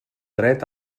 dret